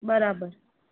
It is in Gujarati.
બરાબર